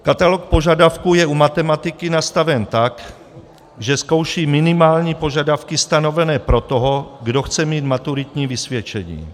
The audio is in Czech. Katalog požadavků je u matematiky nastaven tak, že zkouší minimální požadavky stanovené pro toho, kdo chce mít maturitní vysvědčení.